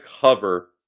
cover